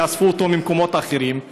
כי אספו אותו ממקומות אחרים.